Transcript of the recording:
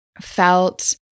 felt